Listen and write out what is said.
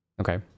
Okay